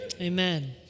Amen